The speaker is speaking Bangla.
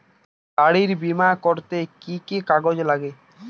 গাড়ীর বিমা করতে কি কি কাগজ লাগে?